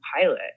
pilot